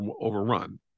overrun